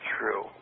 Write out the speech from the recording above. true